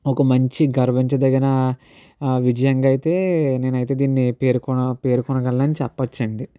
ఒక మంచి గర్వించదగిన విజయంగా అయితే నేనైతే దీన్ని పేరుకొన పేర్కొనగలనని చెప్పొచ్చండి